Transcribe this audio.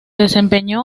desempeñó